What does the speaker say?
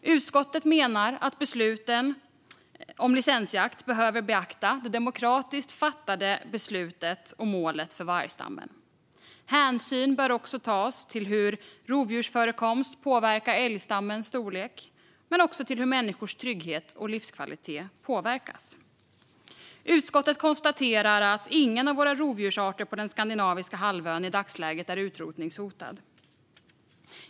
Utskottet menar att besluten om licensjakt behöver beakta det demokratiskt fattade beslutet om målet för vargstammen. Hänsyn bör också tas till hur rovdjursförekomst påverkar älgstammens storlek och till hur människors trygghet och livskvalitet påverkas. Utskottet konstaterar att ingen av våra rovdjursarter på den skandinaviska halvön i dagsläget är utrotningshotad.